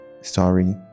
sorry